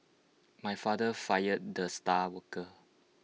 my father fired the star worker